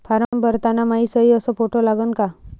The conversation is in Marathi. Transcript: फारम भरताना मायी सयी अस फोटो लागन का?